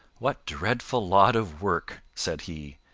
what dreadful lot of work, said he.